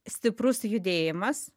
stiprus judėjimas